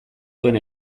zuen